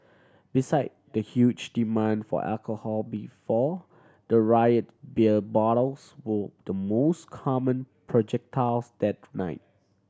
beside the huge demand for alcohol before the riot beer bottles were the most common projectiles that night